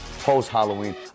post-Halloween